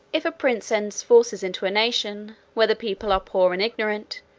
if a prince sends forces into a nation, where the people are poor and ignorant,